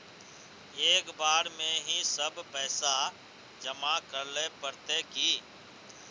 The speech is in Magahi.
एक बार में ही सब पैसा जमा करले पड़ते की?